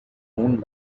own